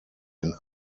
den